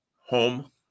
home